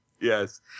Yes